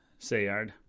Sayard